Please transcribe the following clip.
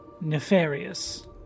nefarious